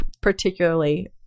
particularly